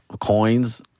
coins